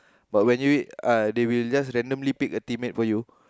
but when you uh they will just randomly pick a team mate for you